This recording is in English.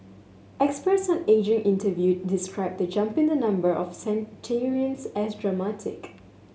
experts on ageing interviewed described the jump in the number of centenarians as dramatic